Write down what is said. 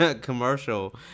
commercial